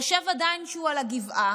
חושב עדיין שהוא על הגבעה.